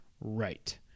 right